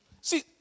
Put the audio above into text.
See